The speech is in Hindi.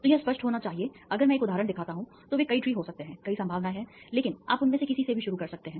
तो यह स्पष्ट होना चाहिए अगर मैं एक उदाहरण दिखाता हूं तो वे कई ट्री हो सकते हैं कई संभावनाएं हैं लेकिन आप उनमें से किसी से भी शुरू कर सकते हैं